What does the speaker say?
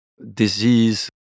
disease